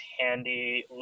handy